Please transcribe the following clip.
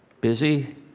Busy